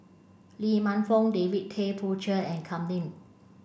Lee Man Fong David Tay Poey Cher and Kam Ning